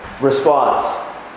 response